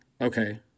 Okay